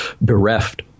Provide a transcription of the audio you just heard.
bereft